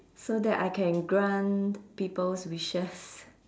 so that I can grant people's wishes